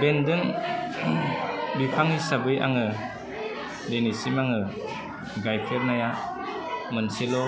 बेन्दों बिफां हिसाबै आङो दिनैसिम आङो गायफेरनाया मोनसेल'